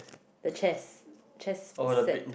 the chess chess set